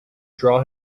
draw